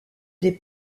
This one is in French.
des